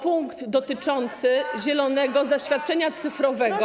punkt dotyczący zielonego zaświadczenia cyfrowego.